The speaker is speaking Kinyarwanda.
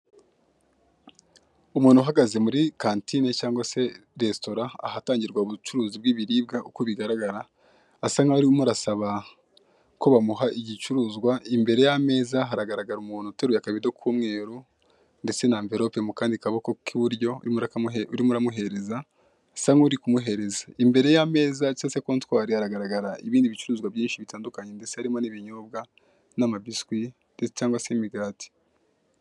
Umuntu uhagaze muri kantine cyangwa se resitora ahatangirwa ubucuruzi bw'ibiribwa uko bigaragara asa nk'aho arimo arasaba ko bamuha igicuruzwa, imbere y'ameza haragaragara umuntu uteruye akabido k'umweru ndetse na emvirope mu kandi kaboko k'iburyo urimo uramuhereza usa nuri kumuhereza, imbere y'ameza cyangwa kontwari haragaragara ibindi bicuruzwa byinshi bitandukanye ndetse harimo n'ibinyobwa n'amabiswi cyangwa se imikati.